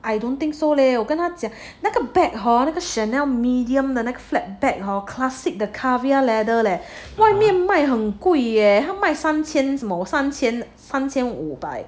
I don't think so leh 我跟他讲那个 bag hor 那个 Chanel medium 的 flat bag hor classic caviar leather leh 外面卖很贵他卖三千什么三千三千五百